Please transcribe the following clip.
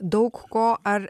daug ko ar